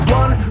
one